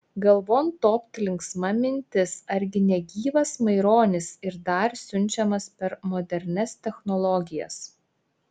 galvon topt linksma mintis argi ne gyvas maironis ir dar siunčiamas per modernias technologijas